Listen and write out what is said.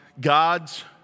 God's